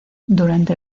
durante